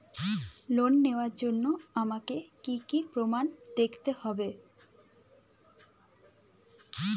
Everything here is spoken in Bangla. লোন নেওয়ার জন্য আমাকে কী কী প্রমাণ দেখতে হবে?